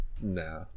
Nah